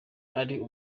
ari